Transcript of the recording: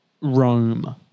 Rome